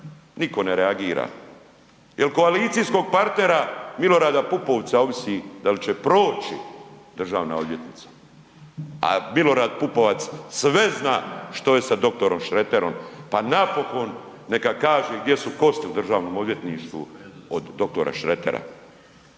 niko ne reagira jer od koalicijskog partnera M. Pupovca ovisi da li će proći državna odvjetnica a M. Pupovac sve zna što je sa dr. Šreterom, pa napokon neka kaže gdje su kosti u Državnom odvjetništvu od dr. Šretera.